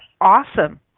awesome